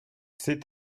c’est